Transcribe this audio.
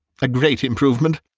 a great improvement.